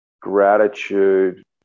gratitude